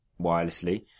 wirelessly